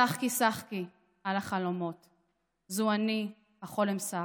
"שחקי, שחקי על החלומות / זו אני החולם שח.